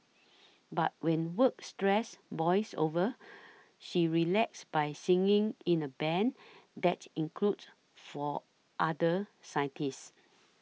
but when work stress boils over she relaxes by singing in a band that includes four other scientists